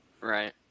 Right